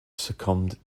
succumbed